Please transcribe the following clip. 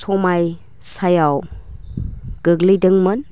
समयस्याआव गोग्लैदोंमोन